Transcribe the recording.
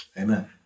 Amen